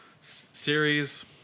series